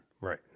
Right